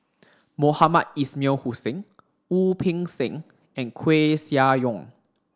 Mohamed Ismail Hussain Wu Peng Seng and Koeh Sia Yong